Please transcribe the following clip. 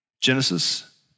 Genesis